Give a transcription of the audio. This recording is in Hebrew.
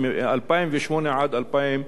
ומ-2008 עד 2012,